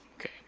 Okay